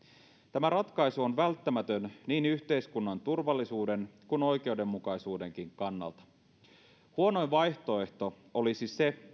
tämä ratkaisu on välttämätön niin yhteiskunnan turvallisuuden kuin oikeudenmukaisuudenkin kannalta huonoin vaihtoehto olisi se